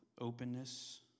openness